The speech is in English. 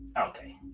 Okay